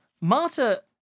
Marta